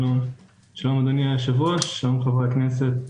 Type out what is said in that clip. שלום אדוני היושב-ראש, שלום חברי הכנסת,